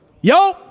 yo